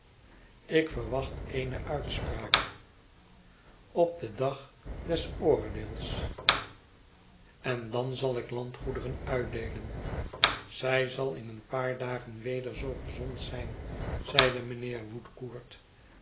ik verwacht eene uitspraak op den dag des oordeels en dan zal ik landgoederen uitdeelen zij zal in een paar dagen weder zoo gezond zijn zeide mijnheer